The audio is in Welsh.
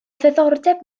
ddiddordeb